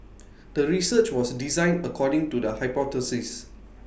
the research was designed according to the hypothesis